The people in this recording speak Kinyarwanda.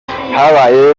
habaye